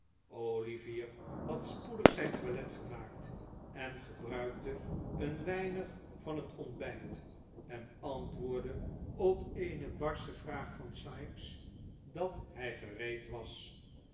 olivier had spoedig zijn toilet gemaakt gebruikte een weinig van het ontbijt en antwoordde op eene barsche vraag van sikes dat hij gereed was